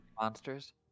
monsters